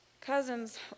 cousin's